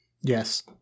Yes